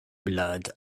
blood